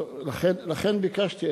לכן ביקשתי.